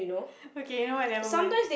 okay you know what never mind